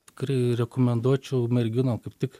tikrai rekomenduočiau merginom kaip tik